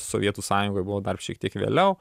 sovietų sąjungoj buvo dar šiek tiek vėliau